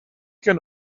can